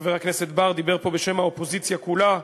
חבר הכנסת בר דיבר פה בשם האופוזיציה כולה,